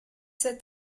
cet